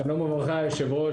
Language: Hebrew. שלום וברכה, היושב-ראש.